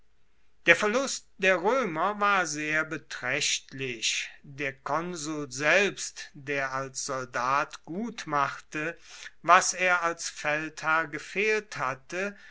der verlust der roemer war sehr betraechtlich der konsul selbst der als soldat gutmachte was er als feldherr gefehlt hatte